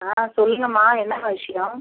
ஆ சொல்லுங்கம்மா என்ன விஷயோம்